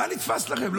מה נתפס לכם?